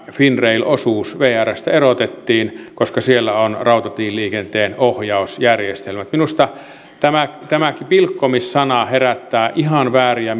finrail osuus vrstä erotettiin koska siellä on rautatieliikenteen ohjausjärjestelmät minusta tämä tämä pilkkomis sana herättää ihan vääriä